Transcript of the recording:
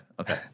Okay